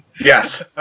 Yes